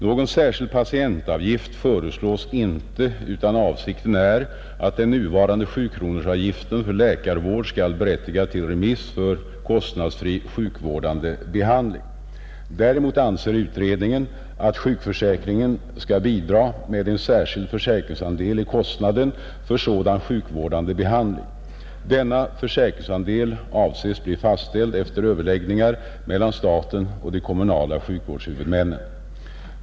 Någon särskild patientavgift föreslås inte utan avsikten är att den nuvarande sjukronorsavgiften för läkarvård skall berättiga till remiss för kostnadsfri sjukvårdande behandling. Däremot anser utredningen att sjukförsäkringen skall bidra med en särskild försäkringsandel i kostnaden för sådan sjukvårdande behandling. Denna försäkringsandel avses bli fastställd efter överläggningar mellan staten och de kommunala sjukvårdshuvudmännen.